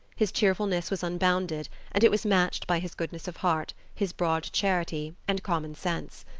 his cheerfulness was unbounded, and it was matched by his goodness of heart, his broad charity, and common sense.